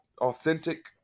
authentic